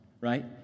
right